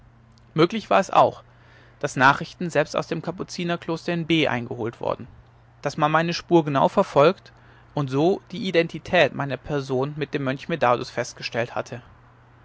möglich war es auch daß nachrichten selbst aus dem kapuzinerkloster in b eingeholt worden daß man meine spur genau verfolgt und so die identität meiner person mit dem mönch medardus festgestellt hatte